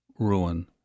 ruin